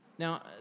Now